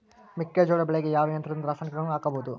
ಮೆಕ್ಕೆಜೋಳ ಬೆಳೆಗೆ ಯಾವ ಯಂತ್ರದಿಂದ ರಾಸಾಯನಿಕಗಳನ್ನು ಹಾಕಬಹುದು?